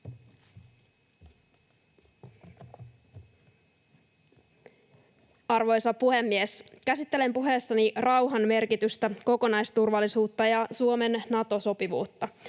Arvoisa puhemies! Käsittelen puheessani rauhan merkitystä, kokonaisturvallisuutta ja Suomen Nato-sopivuutta.